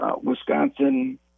Wisconsin